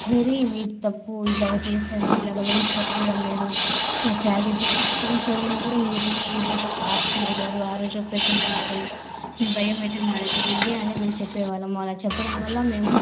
చేరి మీది తప్పు ఇలాగా చేశారు ఇలాగా లోన్స్ కట్టుకోవడం లేదు ఇలా స్యాలరీ బేసిక్స్ గురించి అడిగినప్పుడు మీరు ఈ రోజు ఆబ్సెంట్ అయ్యారు ఆ రోజు ప్రెజెంట్ అయ్యారు మీ బయోమెట్రిక్ మా దగ్గర ఉంది అని మేం చెప్పేవాళ్లం అలా చెప్పడం వల్ల మేము